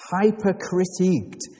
hyper-critiqued